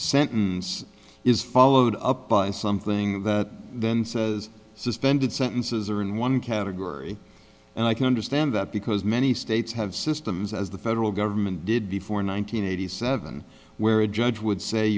sentence is followed up by something that then says suspended sentences are in one category and i can understand that because many states have systems as the federal government did before nine hundred eighty seven where a judge would say